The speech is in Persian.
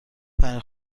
پنیر